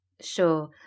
Sure